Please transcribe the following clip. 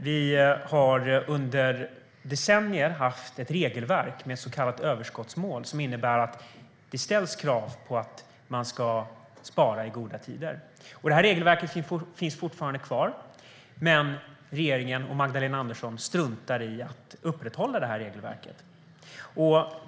Vi har under decennier haft ett regelverk med ett så kallat överskottsmål, som innebär att det ställs krav på att man ska spara i goda tider. Detta regelverk finns fortfarande kvar, men regeringen och Magdalena Andersson struntar i att upprätthålla det.